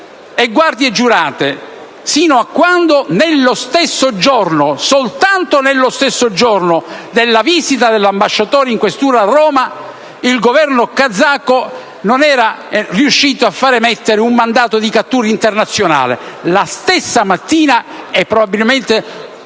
guardie giurate, fino a quando, lo stesso giorno (soltanto lo stesso giorno) della visita dell'ambasciatore in questura a Roma, il Governo kazako non è riuscito a far emettere un mandato di cattura internazionale. La stessa mattina - probabilmente